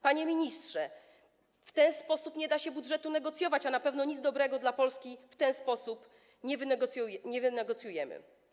Panie ministrze, w ten sposób nie da się budżetu negocjować, a na pewno nic dobrego dla Polski w ten sposób nie wynegocjujemy.